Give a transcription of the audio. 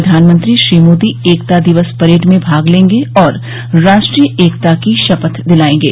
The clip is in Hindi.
प्रधानमंत्री श्री मोदी एकता दिवस परेड में भाग लेंगे और राष्ट्रीय एकता की शपथ दिलायेंगे